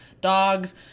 dogs